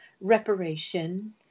reparation